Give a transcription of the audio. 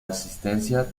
asistencia